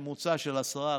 ממוצע של 10%,